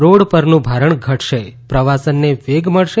road પરનું ભારણ ઘટશે પ્રવાસને વેગ મળશે